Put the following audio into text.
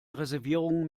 reservierungen